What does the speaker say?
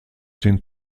den